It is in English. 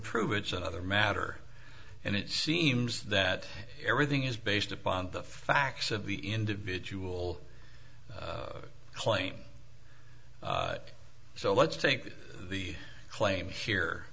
prove it's another matter and it seems that everything is based upon the facts of the individual claim so let's take the claim